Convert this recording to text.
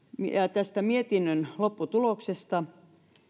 tästä mietinnön lopputuloksesta